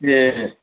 ए